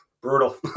Brutal